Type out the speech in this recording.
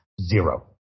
Zero